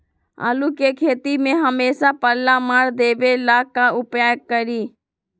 आलू के खेती में हमेसा पल्ला मार देवे ला का उपाय करी?